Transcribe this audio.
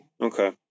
Okay